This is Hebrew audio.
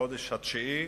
בחודש התשיעי,